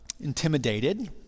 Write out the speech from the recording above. intimidated